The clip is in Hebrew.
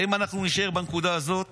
האם אנחנו נישאר בנקודה הזאת